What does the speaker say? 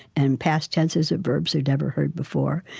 and past tenses of verbs they've never heard before,